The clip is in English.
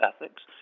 ethics